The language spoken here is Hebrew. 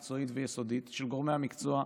מקצועית ויסודית של גורמי המקצוע,